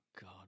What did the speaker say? God